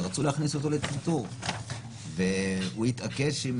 רצו להכניס אותו לצנתור והוא התעקש עם